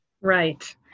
right